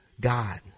God